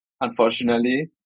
unfortunately